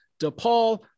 DePaul